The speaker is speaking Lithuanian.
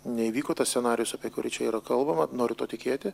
neįvyko tas scenarijus apie kurį čia yra kalbama noriu tuo tikėti